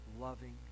loving